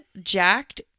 jacked